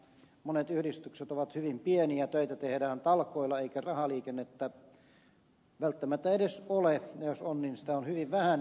monet yhdistykset ovat hyvin pieniä töitä tehdään talkoilla eikä rahaliikennettä välttämättä edes ole ja jos on niin sitä on hyvin vähän